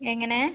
എങ്ങനെ